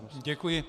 Děkuji.